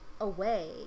away